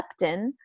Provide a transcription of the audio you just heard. leptin